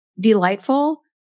Delightful